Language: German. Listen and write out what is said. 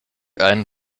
einen